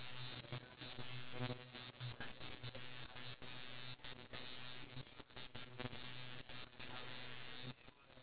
when they move on to pursue their education in primary school or in secondary school they will find it